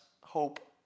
hope